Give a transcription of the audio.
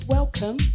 Welcome